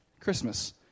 Christmas